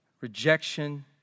rejection